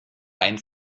ein